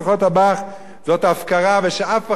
ושאף אחד לא יבוא להגיד אחר כך שהם